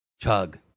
Chug